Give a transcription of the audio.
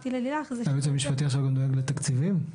היועץ המשפטי עכשיו גם דואג לתקציבים?